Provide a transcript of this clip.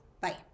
Bye